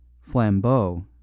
Flambeau